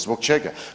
Zbog čega?